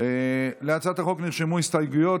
2023. להצעת החוק נרשמו הסתייגויות.